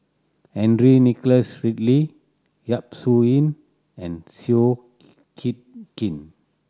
Henry Nicholas Ridley Yap Su Yin and Seow Yit Kin